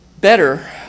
better